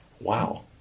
Wow